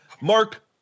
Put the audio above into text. Mark